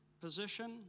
position